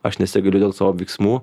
aš nesigailiu dėl savo veiksmų